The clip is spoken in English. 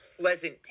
pleasant